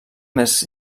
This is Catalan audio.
més